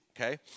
okay